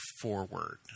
forward